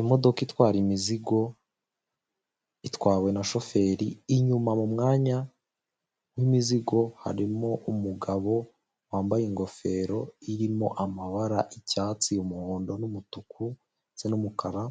Imodoka itwara imizigo itwawe na shoferi inyuma mumwanya w'imizigo harimo umugabo wambaye ingofero irimo amabara icyatsi, umuhondo n'umutuku ndetse n'umukara